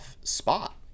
spot